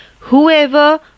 Whoever